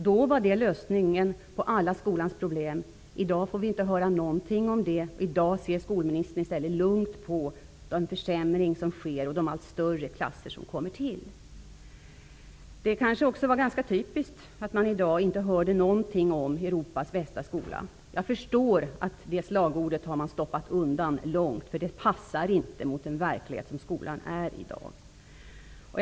Då var det lösningen på alla skolans problem, men i dag får vi inte höra någonting om det. I dag ser i stället skolministern lugnt på försämringarna som sker och de allt större klasserna. Det var kanske också ganska typiskt att man i dag inte kunde höra någonting om Europas bästa skola. Jag förstår att man har stoppat undan det slagordet, därför att det inte passar in på den verklighet som skolan lever med i dag.